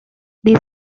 this